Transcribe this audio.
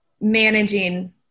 managing